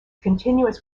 continuous